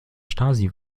stasi